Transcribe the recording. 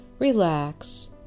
Relax